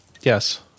Yes